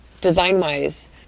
design-wise